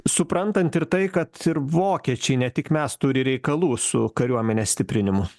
suprantant ir tai kad ir vokiečiai ne tik mes turi reikalų su kariuomenės stiprinimu